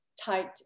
tight